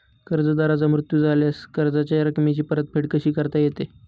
कर्जदाराचा मृत्यू झाल्यास कर्जाच्या रकमेची परतफेड कशी करता येते?